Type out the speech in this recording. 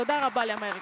תודה רבה לאמריקה.)